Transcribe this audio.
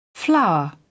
flower